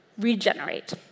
regenerate